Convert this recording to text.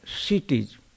cities